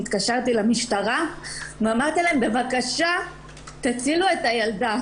התקשרתי למשטרה ואמרתי להם: בבקשה תצילו את הילדה,